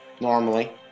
Normally